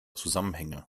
zusammenhänge